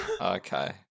Okay